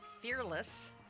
Fearless